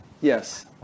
Yes